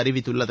அறிவித்துள்ளது